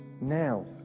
Now